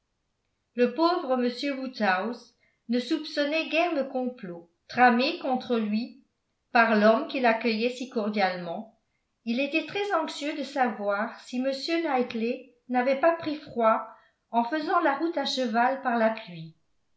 le pauvre m woodhouse ne soupçonnait guère le complot tramé contre lui par l'homme qu'il accueillait si cordialement il était très anxieux de savoir si m knightley n'avait pas pris froid en faisant la route à cheval par la pluie